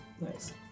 Nice